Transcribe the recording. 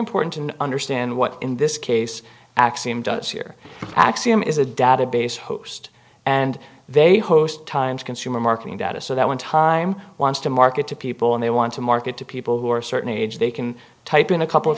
important and understand what in this case axiom does here axiom is a database host and they host times consumer marketing data so that when time wants to market to people and they want to market to people who are a certain age they can type in a couple of